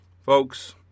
Folks